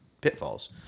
pitfalls